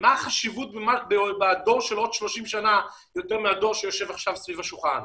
מה החשיבות בדור של עוד 30 שנה יותר מהדור שיושב עכשיו סביב השולחן?